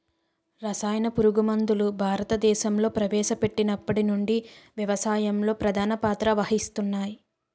రసాయన పురుగుమందులు భారతదేశంలో ప్రవేశపెట్టినప్పటి నుండి వ్యవసాయంలో ప్రధాన పాత్ర వహిస్తున్నాయి